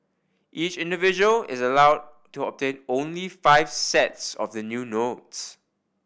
each individual is allowed to obtain only five sets of the new notes